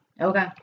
Okay